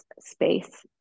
space